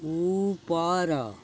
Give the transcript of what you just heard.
ଉପର